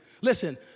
listen